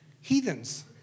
Heathens